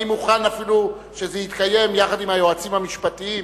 אני אפילו מוכן שזה יתקיים יחד עם היועצים המשפטיים,